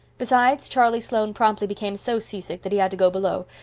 besides, charlie sloane promptly became so seasick that he had to go below,